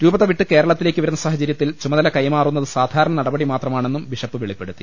രൂപത വിട്ട് കേരളത്തിലേക്ക് വരുന്ന സാഹചര്യത്തിൽ ചുമ തല കൈമാറുന്നത് സാധാരണ നടപടി മാത്രമാണെന്നും ബിഷപ്പ് വെളിപ്പെടുത്തി